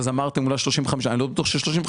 ואמרתם שאולי 35%. אני לא בטוח ש-35%,